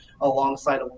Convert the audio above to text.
alongside